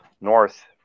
north